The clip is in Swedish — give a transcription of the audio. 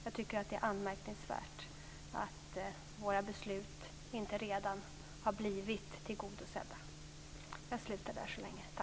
Jag tycker att det är anmärkningsvärt att våra beslut inte redan har blivit genomförda.